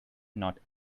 not